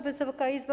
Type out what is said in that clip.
Wysoka Izbo!